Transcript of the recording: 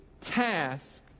task